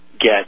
get